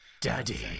daddy